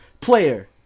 Player